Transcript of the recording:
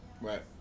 Right